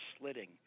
slitting